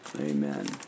Amen